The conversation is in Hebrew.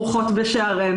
שתדענו שהן ברוכות בשערינו.